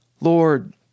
Lord